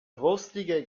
rostige